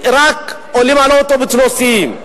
רק עולים על אוטובוס ונוסעים.